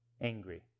angry